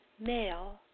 male